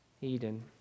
Eden